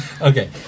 Okay